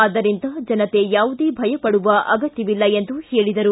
ಆದ್ದರಿಂದ ಜನತೆ ಯಾವುದೇ ಭಯಪಡುವ ಅಗತ್ಯವಿಲ್ಲ ಎಂದರು